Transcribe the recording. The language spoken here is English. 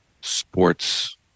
sports